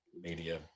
media